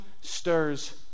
stirs